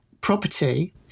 property